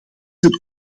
het